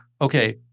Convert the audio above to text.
okay